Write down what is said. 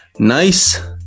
Nice